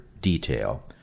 detail